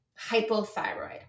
hypothyroid